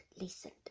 listened